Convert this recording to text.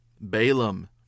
Balaam